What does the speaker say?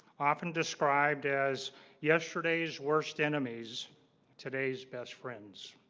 often described as yesterday's worst enemies today's best friends